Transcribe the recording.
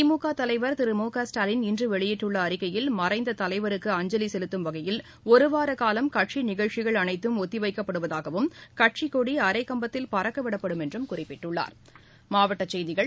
திமுகதலைவர் திரு மு க ஸ்டாலின் இன்றுவெளியிட்டுள்ளஅறிக்கையில் மறைந்ததலைவருக்கு அஞ்சலிசெலுத்தம் வகையில் ஒருவாரகாலம் கட்சிநிகழ்ச்சிகள் அனைத்தம் ஒத்திவைக்கப்படுவதாகவும் கட்சிக் கொடிஅரைக் கம்பத்தில் பறக்கவிடப்படும் என்றும் குறிப்பிட்டுள்ளாா்